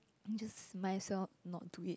just might as well not do it